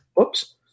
Oops